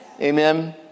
Amen